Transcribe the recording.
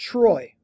Troy